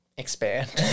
Expand